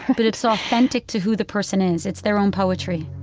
but it's authentic to who the person is. it's their own poetry